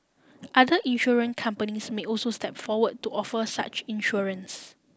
other insurance companies may also step forward to offer such insurance